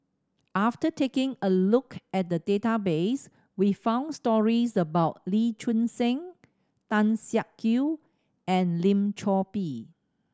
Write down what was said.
after taking a look at the database we found stories about Lee Choon Seng Tan Siak Kew and Lim Chor Pee